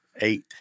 Eight